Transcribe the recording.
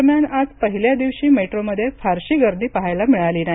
दरम्यान आज पहिल्या दिवशी मेट्रोमध्ये फारशी गर्दी पाहायला मिळाली नाही